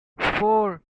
four